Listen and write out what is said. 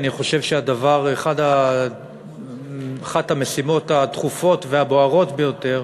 אני חושב שאחת המשימות הדחופות והבוערות ביותר